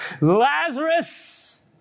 Lazarus